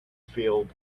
field